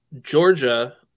Georgia